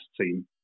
team